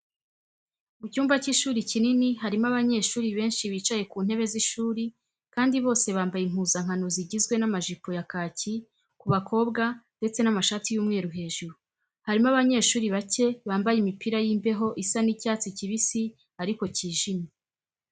Mu cyumba cy'ishuri kinini harimo abanyeshuri benshi bicaye ku ntebe z'ishuri kandi bose bambaye impuzankano zigizwe n'amajipo ya kaki ku bakobwa ndetse n'amashati y'umweru hejuru. Harimo abanyeshuri bacye bambaye imipira y'imbeho isa n'icyatsi kibisi ariko kijimye.